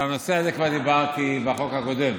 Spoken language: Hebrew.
על הנושא הזה כבר דיברתי בחוק הקודם.